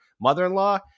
mother-in-law